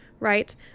Right